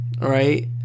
right